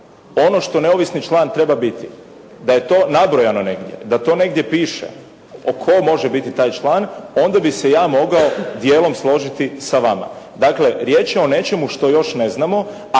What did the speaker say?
ono što neovisni član treba biti, da je to nabrojano negdje, da to negdje piše tko može biti taj član, onda bih se ja mogao dijelom složiti sa vama. Dakle riječ je o nečemu što još neznamo,